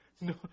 no